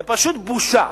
זה פשוט בושה.